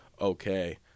okay